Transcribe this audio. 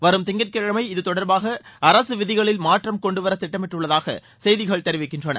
வரும் திங்கட்கிழமை இது தொடர்பாக அரசு விதிகளில் மாற்றம் கொண்டுவர திட்டமிடப்பட்டுள்ளதாக செய்திகள் தெரிவிக்கின்றன